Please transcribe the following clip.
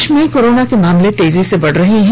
देश में कोरोना के मामले तेजी से बढ़ रहे हैं